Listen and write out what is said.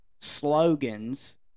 slogans